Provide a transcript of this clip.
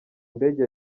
ndege